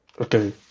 okay